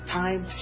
time